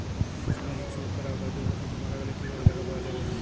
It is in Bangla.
সামাজিক সুরক্ষার আওতায় দুর্ঘটনাতে মারা গেলে কিভাবে টাকা পাওয়া যাবে?